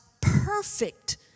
perfect